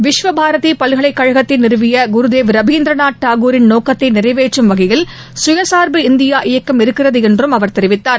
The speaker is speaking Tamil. விஸ்வ பாரதி பல்கலைக்கழகத்தை நிறுவிய குருதேவ் ரவீந்திரநாத் தாகூரின் நோக்கத்தை நிறைவேற்றும் வகையில் சுயசார்பு இந்தியா இயக்கம் இருக்கிறது என்றும் அவர் தெரிவித்தார்